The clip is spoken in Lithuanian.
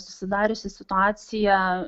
susidariusi situacija